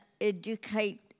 educate